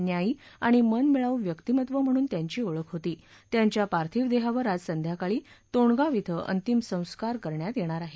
न्यायी आणि मनमिळावू व्यक्तीमत्व म्हणून त्यांची ओळख होती त्यांच्या पार्थिव देहावर आज संध्याकाळी तोंडगाव इथं अंतिम संस्कार करण्यात येणार आहेत